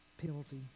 penalty